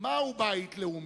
"מהו בית לאומי?